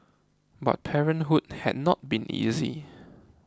but parenthood had not been easy